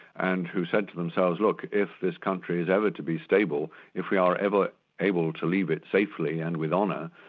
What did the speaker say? and who said to themselves, look, if this country is ever to be stable, if we are ever able to leave it safely and with honour,